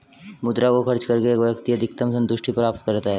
मुद्रा को खर्च करके एक व्यक्ति अधिकतम सन्तुष्टि प्राप्त करता है